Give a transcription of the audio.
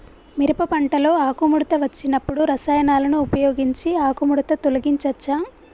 మిరప పంటలో ఆకుముడత వచ్చినప్పుడు రసాయనాలను ఉపయోగించి ఆకుముడత తొలగించచ్చా?